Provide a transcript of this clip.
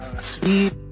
sweet